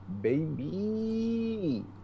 baby